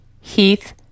Heath